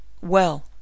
Well